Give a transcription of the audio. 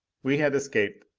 we had escaped,